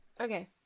Okay